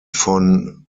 von